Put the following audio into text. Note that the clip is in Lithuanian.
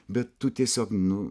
bet tu tiesiog nu